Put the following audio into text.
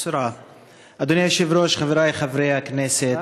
אדוני היושב-ראש, חברי חברי הכנסת,